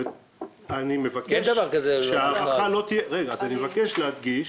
אני מבקש להדגיש